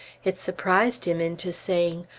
it surprised him into saying,